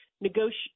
negotiate